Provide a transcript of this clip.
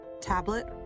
tablet